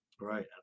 Right